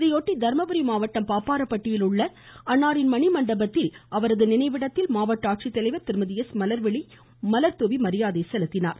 இதையொட்டி தருமபுரி மாவட்டம் பாப்பாரப்பட்டியில் உள்ள அன்னாரின் மணிமண்டபத்தில் அமைந்துள்ள அவரது நினைவிடத்தில் மாவட்ட ஆட்சித்தலைவர் திருமதி எஸ் மலர்விழி மலர்தூவி மரியாதை செலுத்தினார்